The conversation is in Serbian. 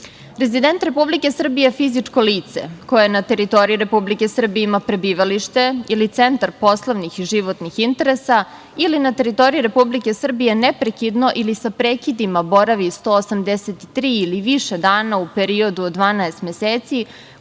Srbije. Rezident Republike Srbije je fizičko lice, koje je na teritoriji Republike Srbije ima prebivalište ili centar poslovnih i životnih interesa ili na teritoriji Republike Srbije neprekidno ili sa prekidima boravi 183 ili više dana u periodu od 12 meseci,